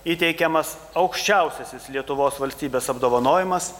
įteikiamas aukščiausiasis lietuvos valstybės apdovanojimas